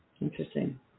Interesting